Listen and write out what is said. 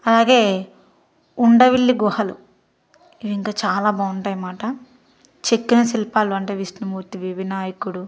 అలాగే ఉండవిల్లి గుహలు ఇవి ఇంకా చాలా బాగుంటాయి మాట చెక్కిన శిల్పాలు అంటే విష్ణుమూర్తివి వినాయకుడు